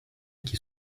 qui